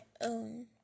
own